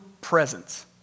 presence